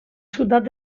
ciutat